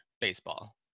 baseball